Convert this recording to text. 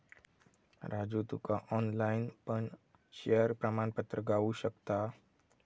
राजू तुका ऑनलाईन पण शेयर प्रमाणपत्र गावु शकता